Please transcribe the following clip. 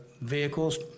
vehicles